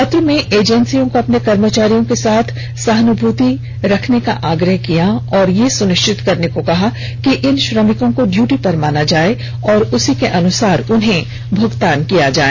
पत्र में एजेंसियों को अपने कर्मचारियों के साथ सहानुभूति का आग्रह किया और यह सुनिश्चित करने को कहा कि इन श्रमिकों को ड्यूटी पर माना जाए और उसी के अनुसार भुगतान किया जाए